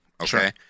Okay